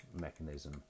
mechanism